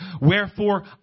Wherefore